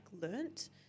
learnt